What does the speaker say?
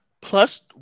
plus